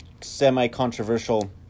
semi-controversial